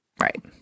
Right